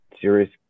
serious